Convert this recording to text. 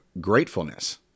gratefulness